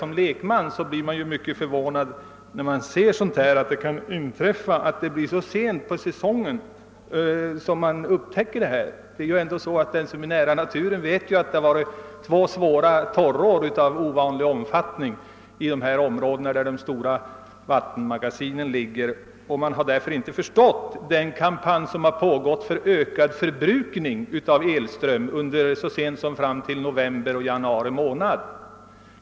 Som lekman vill jag säga att man blir mycket förvånad över att elkraftbristen upptäckes så sent på säsongen som i detta fall. Den som har varit normalt uppmärksam på vad som hänt i naturen måste ha märkt att det har varit två ovanligt svåra torrår i de områden där de stora vattenmagasinen ligger. Därför har man svårt att förstå den kampanj som bedrivits för ökad förbrukning av elström, en kampanj som pågick ända fram till januari månad.